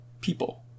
people